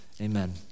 amen